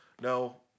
no